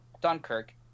Dunkirk